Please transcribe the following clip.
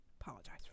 apologize